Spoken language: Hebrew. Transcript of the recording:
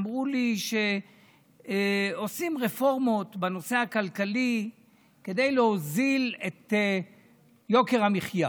אמרו לי שעושים רפורמות בנושא הכלכלי כדי להוריד את יוקר המחיה,